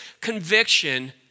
conviction